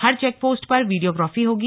हर check post पर videography होगी